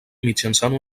mitjançant